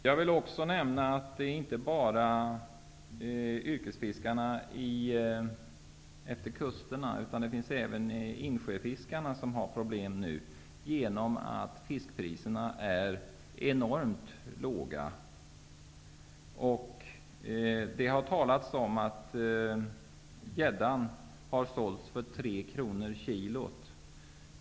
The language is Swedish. Jag vill också nämna att detta inte bara gäller yrkesfiskarna utefter kusterna. Det finns även insjöfiskare som nu har problem genom att fiskpriserna är enormt låga. Det har talats om att gädda har sålts för 3 kr kilot.